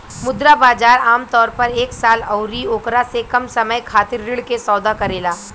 मुद्रा बाजार आमतौर पर एक साल अउरी ओकरा से कम समय खातिर ऋण के सौदा करेला